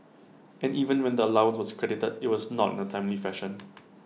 and even when the allowance was credited IT was not in A timely fashion